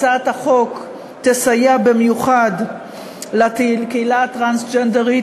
הצעת החוק תסייע במיוחד לקהילה הטרנסג'נדרית,